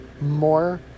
more